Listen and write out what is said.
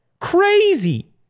Crazy